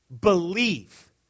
believe